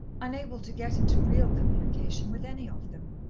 unable to get into real communication with any of them.